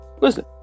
Listen